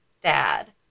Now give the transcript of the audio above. dad